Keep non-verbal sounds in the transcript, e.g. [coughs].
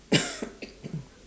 [coughs]